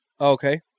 Okay